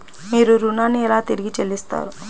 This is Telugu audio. మీరు ఋణాన్ని ఎలా తిరిగి చెల్లిస్తారు?